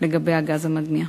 לגבי הגז המדמיע.